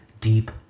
deep